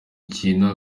ikintu